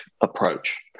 approach